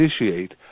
initiate